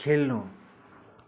खेल्नु